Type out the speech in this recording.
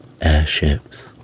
airships